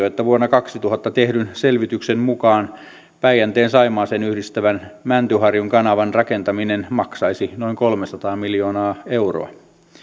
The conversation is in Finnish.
että vuonna kaksituhatta tehdyn selvityksen mukaan päijänteen saimaaseen yhdistävän mäntyharjun kanavan rakentaminen maksaisi noin kolmesataa miljoonaa euroa